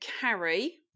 carry